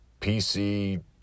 PC